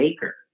Baker